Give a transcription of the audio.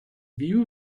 view